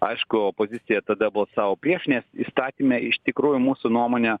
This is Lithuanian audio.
aišku opozicija tada balsavo prieš nes įstatyme iš tikrųjų mūsų nuomonė